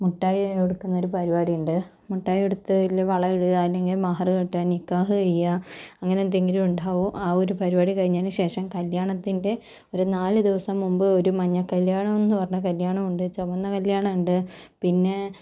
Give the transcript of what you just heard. മുട്ടായി കൊടുക്കുന്ന ഒരു പരിപാടിയുണ്ട് മുട്ടായി കൊടുത്ത് ഇല്ലെങ്കിൽ വള ഇടുക അല്ലെങ്കിൽ മഹർ കെട്ട നിക്കാഹ് കഴിയാ അങ്ങനെ എന്തെങ്കിലും ഉണ്ടാവും ആ ഒരു പരിപാടി കഴിഞ്ഞതിനുശേഷം കല്യാണത്തിൻ്റെ ഒരു നാല് ദിവസം മുമ്പ് ഒരു മഞ്ഞ കല്യാണം എന്ന് പറഞ്ഞാൽ കല്യാണം ഉണ്ട് ചുവന്ന കല്യാണം ഉണ്ട് പിന്നെ